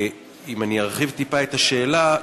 אם אני ארחיב טיפה את השאלה,